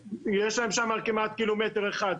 כמעט קילומטר אחד.